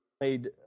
made